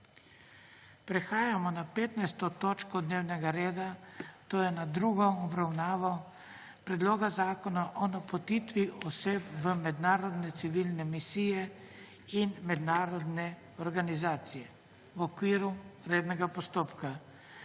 prekinjeno 15. točko dnevnega reda, to je s tretjo obravnavo Predloga zakona o napotitvi oseb v mednarodne civilne misije in mednarodne organizacije v okviru rednega postopka.**